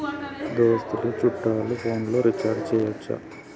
దోస్తులు చుట్టాలు ఫోన్లలో రీఛార్జి చేయచ్చా?